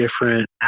different